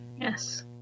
Yes